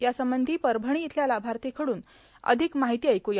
यासंबंधी परभणी इथल्या लाभार्थीकडून अधिक माहिती ऐकू या